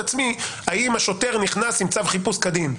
עצמי האם השוטר נכנס עם צו חיפוש כדין,